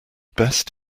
best